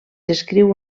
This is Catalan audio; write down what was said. descriu